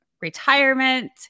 retirement